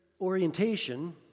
orientation